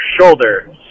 shoulder